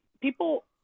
people